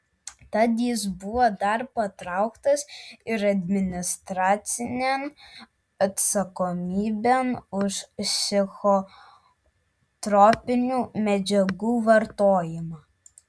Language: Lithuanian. tad jis buvo dar patrauktas ir administracinėn atsakomybėn už psichotropinių medžiagų vartojimą